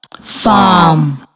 farm